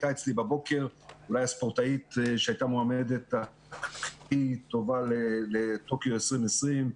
היתה אצלי בבוקר הספורטאית שאולי היתה המועמדת הכי מבטיחה לטוקיו 2020,